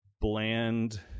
bland